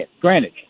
granted